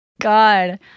God